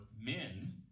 men